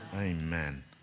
Amen